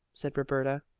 said roberta.